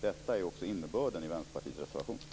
Detta är också innebörden i Vänsterpartiets reservation.